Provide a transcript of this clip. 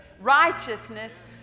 righteousness